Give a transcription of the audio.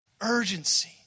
Urgency